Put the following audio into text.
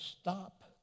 stop